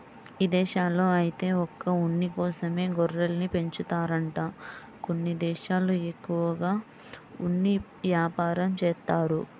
ఇదేశాల్లో ఐతే ఒక్క ఉన్ని కోసమే గొర్రెల్ని పెంచుతారంట కొన్ని దేశాల్లో ఎక్కువగా ఉన్ని యాపారం జేత్తారు